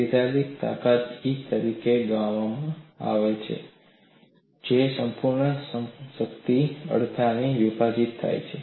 સૈદ્ધાંતિક તાકાત E તરીકે ગામામાં આપવામાં આવે છે જે B સંપૂર્ણ શક્તિ અડધાથી વિભાજિત થાય છે